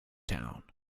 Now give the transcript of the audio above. town